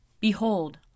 Behold